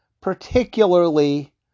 particularly